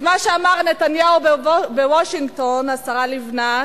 את מה שאמר נתניהו בוושינגטון, השרה לבנת,